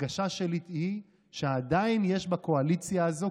ההרגשה שלי היא שעדיין יש בקואליציה הזאת